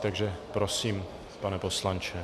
Takže prosím, pane poslanče.